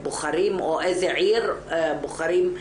שלו.